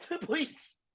please